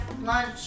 lunch